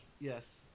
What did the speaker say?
Yes